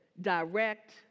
direct